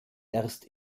erst